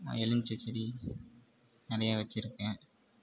எலுமிச்சை செடி நிறைய வச்சுருக்கேன்